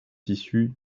issus